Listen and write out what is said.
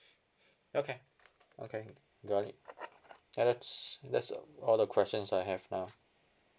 okay okay got it ya that's that's all all the questions I have now